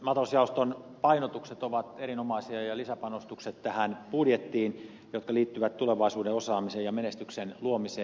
maatalousjaoston painotukset ovat erinomaisia ja lisäpanostukset tähän budjettiin jotka liittyvät tulevaisuuden osaamiseen ja menestyksen luomiseen